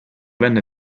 venne